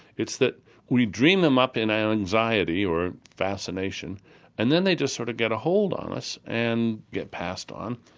it's that we dream them up in our anxiety or fascination and then they just sort of get a hold on us and get passed on.